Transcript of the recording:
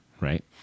right